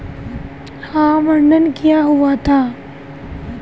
उसने अपने लेखांकन अनुसंधान में वित्त से जुड़ी सभी बातों का अच्छे से वर्णन करा हुआ था